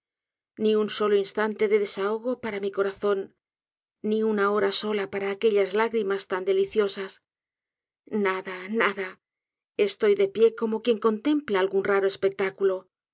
ni un solo instante de desahogo para mi co razón ni una hora sola para aquellas lágrimas taa de liciosas nada nada estoy de pie como quien sao templa algún raro espectáculo